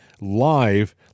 live